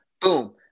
Boom